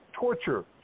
torture